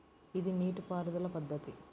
ఇది నీటిపారుదల పద్ధతి